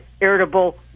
irritable